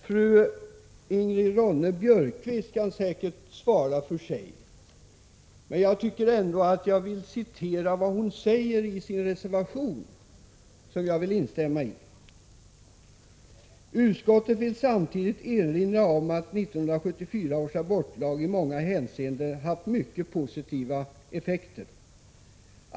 Fru Ingrid Ronne-Björkqvist kan säkert svara för sig, men jag vill ändå citera vad hon framför i sin reservation, som jag instämmer i: ”Utskottet vill samtidigt erinra om att 1974 års abortlag i många hänseenden haft mycket positiva effekter.